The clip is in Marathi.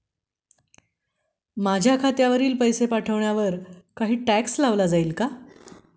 माझ्या खात्यातील पैसे पाठवण्यावर काही टॅक्स लावला जाईल का?